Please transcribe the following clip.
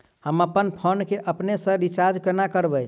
हम अप्पन फोन केँ अपने सँ रिचार्ज कोना करबै?